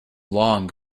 long